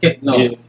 no